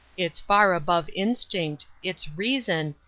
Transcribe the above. it's far above instinct it's reason,